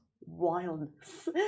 wildness